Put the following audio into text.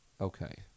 Okay